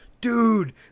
dude